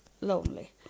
lonely